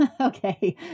Okay